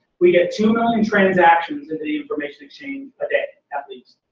we get two million transactions at the information exchange a day at least.